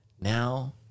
now